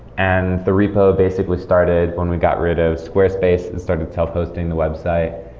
and the repo basically started when we got rid of squarespace and started tell posting the website.